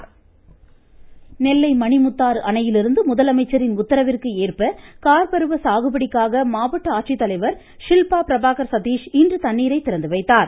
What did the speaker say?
அணை திறப்பு குற்றாலம் வாய்ஸ் நெல்லை மணிமுத்தாறு அணையிலிருந்து முதலமைச்சரின் உத்தரவிற்கேற்ப கார்பருவ சாகுபடிக்காக மாவட்ட ஆட்சித்தலைவர் ஷில்பா பிரபாகர் சதீஷ் இன்று தண்ணீர் திறந்து வைத்தார்